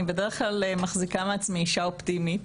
אני בדרך כלל מחזיקה מעצמי אישה אופטימית,